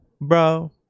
bro